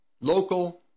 local